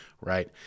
right